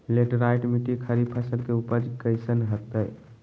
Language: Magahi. लेटराइट मिट्टी खरीफ फसल के उपज कईसन हतय?